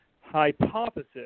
hypothesis